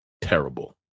terrible